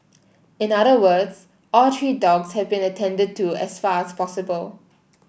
in other words all three dogs have been attended to as far as possible